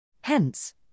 Hence